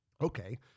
Okay